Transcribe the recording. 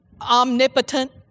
omnipotent